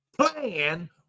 plan